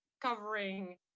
covering